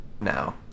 now